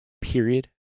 period